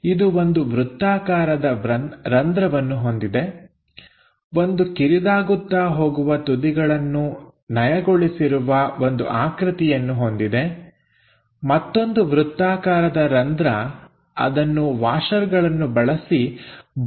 ಇದು ಒಂದು ವೃತ್ತಾಕಾರದ ರಂಧ್ರವನ್ನು ಹೊಂದಿದೆ ಒಂದು ಕಿರಿದಾಗುತ್ತಾ ಹೋಗುವ ತುದಿಗಳನ್ನು ನಯಗೊಳಿಸಿರುವ ಒಂದು ಆಕೃತಿಯನ್ನು ಹೊಂದಿದೆ ಮತ್ತೊಂದು ವೃತ್ತಾಕಾರದ ರಂಧ್ರ ಅದನ್ನು ವಾಷರ್ಗಳನ್ನು ಬಳಸಿ ಬೋಲ್ಟ್ನಲ್ಲಿ ಸೇರಿಸಲು ಇದೆ